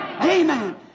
Amen